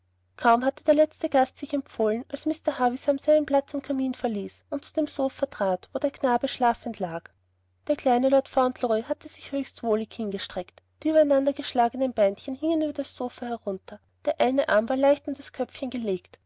kaum hatte der letzte gast sich empfohlen als mr havisham seinen platz am kamin verließ und zu dem sofa trat wo der knabe schlafend lag der kleine lord fauntleroy hatte sich höchst wohlig hingestreckt die übereinandergeschlagenen beinchen hingen über das sofa herunter der eine arm war leicht um das köpfchen gelegt